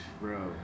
Bro